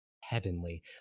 heavenly